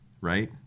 right